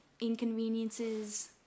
inconveniences